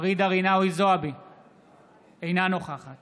אינה נוכחת